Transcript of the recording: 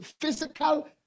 physical